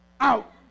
out